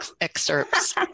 excerpts